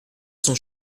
son